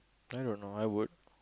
I don't know I would